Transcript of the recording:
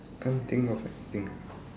can't think of anything